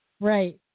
Right